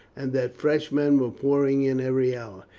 and that fresh men were pouring in every hour.